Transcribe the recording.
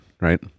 right